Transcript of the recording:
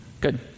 Good